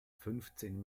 fünfzehn